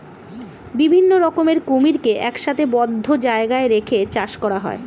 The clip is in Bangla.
বিভিন্ন রকমের কুমিরকে একসাথে বদ্ধ জায়গায় রেখে চাষ করা হয়